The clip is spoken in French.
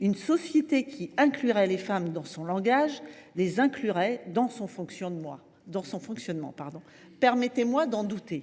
Une société qui inclurait les femmes dans son langage les inclurait dans son fonctionnement. Permettez moi d’en douter !